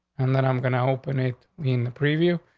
and then i'm gonna open it in the preview.